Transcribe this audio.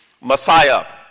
Messiah